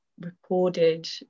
recorded